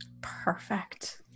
Perfect